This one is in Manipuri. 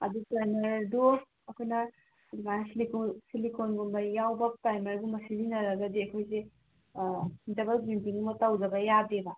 ꯑꯗꯨ ꯄ꯭ꯔꯥꯏꯃꯔꯗꯨ ꯑꯩꯈꯣꯏꯅ ꯑꯗꯨꯃꯥꯏꯅ ꯁꯤꯂꯤꯀꯣꯟꯒꯨꯝꯕ ꯌꯥꯝꯕ ꯄ꯭ꯔꯥꯏꯃꯔꯒꯨꯝꯕ ꯁꯤꯖꯤꯟꯅꯔꯒꯗꯤ ꯑꯩꯈꯣꯏꯁꯦ ꯗꯕꯜ ꯀ꯭ꯂꯤꯟꯖꯤꯡꯒꯨꯝꯕ ꯇꯧꯗꯕ ꯌꯥꯗꯦꯕ